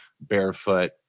barefoot